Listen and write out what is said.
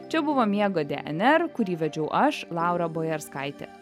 čia buvo miego dnr kurį vedžiau aš laura bojerskaitė